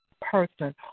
person